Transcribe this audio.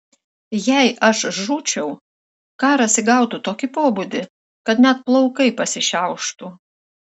jei aš žūčiau karas įgautų tokį pobūdį kad net plaukai pasišiauštų